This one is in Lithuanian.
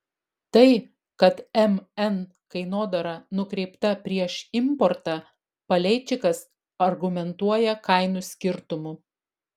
tai kad mn kainodara nukreipta prieš importą paleičikas argumentuoja kainų skirtumu